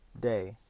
day